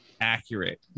accurate